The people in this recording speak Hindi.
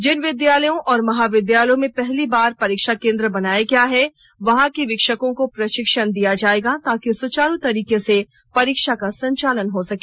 जिन विद्यालयों और महाविद्यालयों में पहली बार परीक्षा केंद्र बनाया गया है वहां के वीक्षकों को प्रशिक्षण दिया जाएगा ताकि सुचारू तरीके से परीक्षा का संचालन हो सके